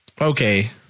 okay